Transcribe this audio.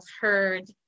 heard